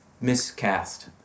Miscast